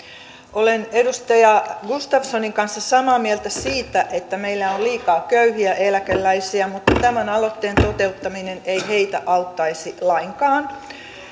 olen edustaja gustafssonin kanssa samaa mieltä siitä että meillä on on liikaa köyhiä eläkeläisiä mutta tämän aloitteen toteuttaminen ei heitä auttaisi lainkaan